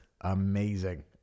amazing